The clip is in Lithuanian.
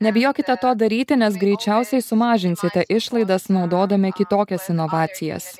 nebijokite to daryti nes greičiausiai sumažinsite išlaidas naudodami kitokias inovacijas